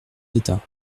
d’état